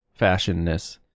fashionness